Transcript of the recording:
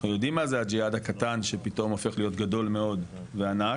אנחנו יודעים מה זה הג'יהאד הקטן שפתאום הופך להיות גדול מאוד וענק,